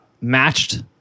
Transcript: matched